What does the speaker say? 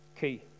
Key